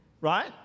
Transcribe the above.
Right